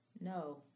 no